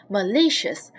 Malicious